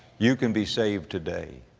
you can be saved today.